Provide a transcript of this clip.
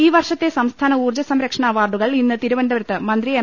ഈ വർഷത്തെ സംസ്ഥാന ഊർജ്ജ സംരക്ഷണ അവാർഡുകൾ ഇന്ന് തിരുവനന്തപുരത്ത് മന്ത്രി എം